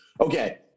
Okay